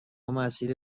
مسیر